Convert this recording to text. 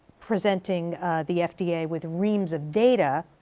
presenting the fda with reams of data,